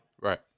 Right